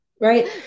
Right